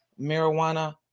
marijuana